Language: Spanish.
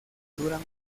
duran